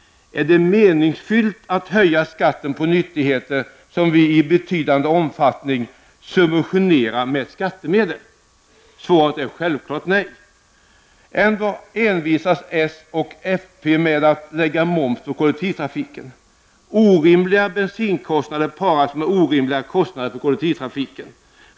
Är det meningsfullt att höja skatten på nyttigheter som vi i betydande omfattning subventionerar med skattemedel? Svaret är självfallet nej. Trots detta envisas socialdemokraterna och folkpartiet med att lägga moms på kollektivtrafiken. Orimliga bensinkostnader paras med orimliga kostnader för kollektivtrafiken.